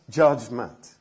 judgment